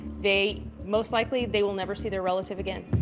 they most likely, they will never see their relative again.